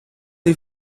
die